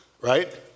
Right